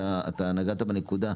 אתה נגעת בנקודה,